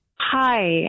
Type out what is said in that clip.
Hi